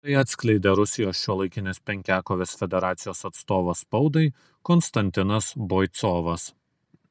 tai atskleidė rusijos šiuolaikinės penkiakovės federacijos atstovas spaudai konstantinas boicovas